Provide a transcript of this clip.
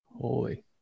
Holy